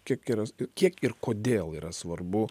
kiek yra kiek ir kodėl yra svarbu